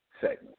segment